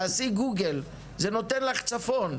תעשי גוגל זה נותן לך צפון.